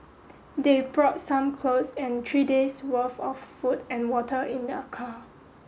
they brought some clothes and three day's worth of food and water in their car